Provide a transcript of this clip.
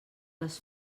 les